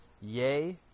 yay